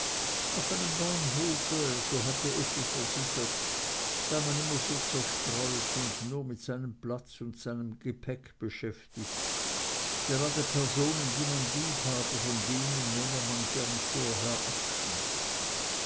auf einem bahnhof so hatte effi versichert sei man immer so zerstreut und nur mit seinem platz und seinem gepäck beschäftigt gerade personen die man liebhabe von denen nähme man gern vorher abschied